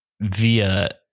via